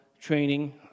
training